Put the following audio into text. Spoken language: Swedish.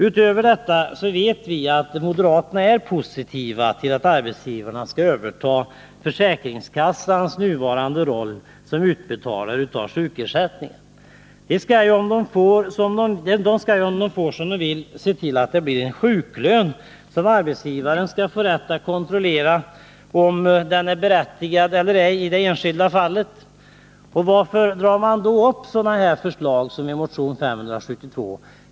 Utöver detta vet vi att moderaterna är positiva till att arbetsgivarna skall överta försäkringskassans nuvarande roll som utbetalare av sjukersättningar. Det skall ju, om de får som de vill, bli sjuklön som arbetsgivaren skall få rätt att kontrollera — om den är berättigad eller ej i det enskilda fallet. Varför drar man då upp sådana förslag som i motion 572?